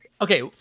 Okay